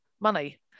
money